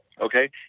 okay